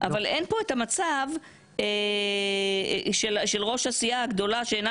אבל אין פה את המצב של ראש הסיעה הגדולה שאינה